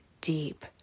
deep